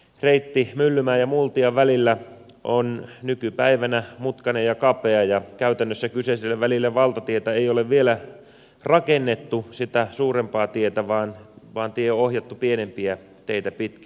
reitti myllymäen ja multian välillä on nykypäivänä mutkainen ja kapea ja käytännössä kyseiselle välille valtatietä ei ole vielä rakennettu sitä suurempaa tietä vaan tie on ohjattu pienempiä teitä pitkin